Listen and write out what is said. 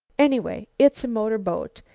anyway, it's a motor-boat,